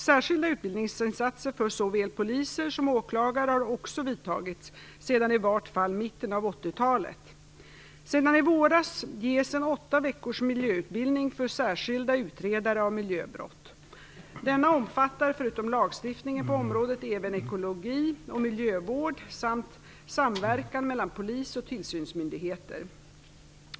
Särskilda utbildningsinsatser för såväl poliser som åklagare har också vidtagits sedan i vart fall mitten av 80-talet. Sedan i våras ges en åtta veckors miljöutbildning för särskilda utredare av miljöbrott. Denna omfattar, förutom lagstiftningen på området, även ekologi och miljövård samt samverkan mellan polis och tillsynsmyndigheter.